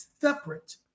separate